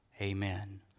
amen